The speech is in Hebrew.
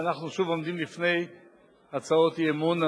ואנחנו שוב עומדים לפני הצעות אי-אמון,